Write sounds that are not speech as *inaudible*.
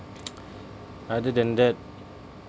*noise* other than that